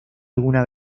alguna